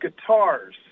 guitars